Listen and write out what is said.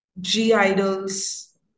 G-Idol's